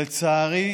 לצערי,